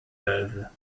veuve